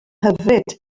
hyfryd